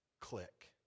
click